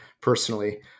personally